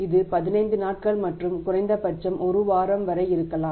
இது 15 நாட்கள் மற்றும் குறைந்தபட்சம் 1 வாரம் வரை இருக்கலாம்